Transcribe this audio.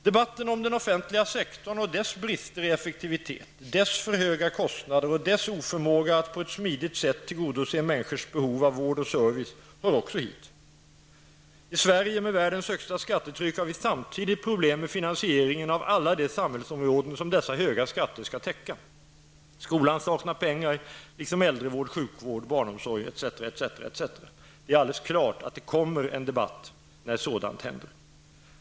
Debatten om den offentliga sektorn och dess brister i effektivitet, dess för höga kostnader, och dess oförmåga att på ett smidigt sätt tillgodose människors behov av vård och service hör också hit. I Sverige med världens högsta skattetryck har vi samtidigt problem med finansieringen av alla de samhällsområden som dessa höga skatter skall täcka. Skolan saknar pengar, liksom äldrevård, sjukvård, barnomsorg etc. Alldeles klart kommer en debatt när sådant händer.